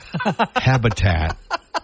habitat